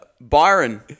Byron